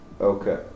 Okay